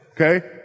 okay